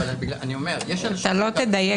אתה לא תדייק.